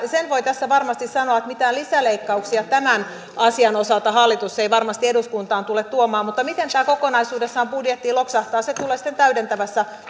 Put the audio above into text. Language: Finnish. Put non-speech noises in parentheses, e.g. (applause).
sen voi tässä varmasti sanoa että mitään lisäleikkauksia tämän asian osalta hallitus ei varmasti eduskuntaan tule tuomaan mutta miten tämä kokonaisuudessaan budjettiin loksahtaa se tulee sitten täydentävässä (unintelligible)